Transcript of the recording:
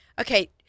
Okay